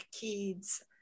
kids